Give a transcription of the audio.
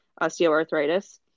osteoarthritis